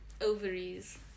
ovaries